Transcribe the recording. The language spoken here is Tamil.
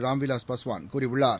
ராம் விலாஸ் பாஸ்வாள் கூறியுள்ளார்